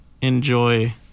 enjoy